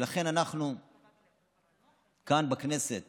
ולכן כאן בכנסת